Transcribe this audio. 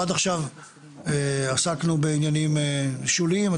עד עכשיו עסקנו בעניינים שוליים,